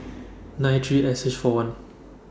nine three S H four one